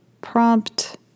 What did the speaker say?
prompt